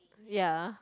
ya